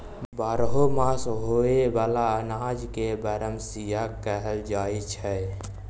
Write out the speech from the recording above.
बारहो मास होए बला अनाज के बरमसिया कहल जाई छै